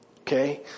okay